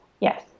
Yes